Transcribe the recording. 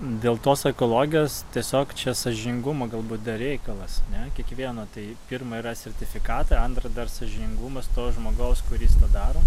dėl tos ekologijos tiesiog čia sąžiningumo galbūt dar reikalas ne kiekvieno tai pirma yra sertifikatą antra dar sąžiningumas to žmogaus kuris tą daro